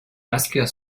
vascular